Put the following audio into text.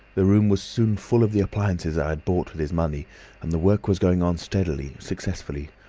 the room was soon full of the appliances i had bought with his money and the work was going on steadily, successfully,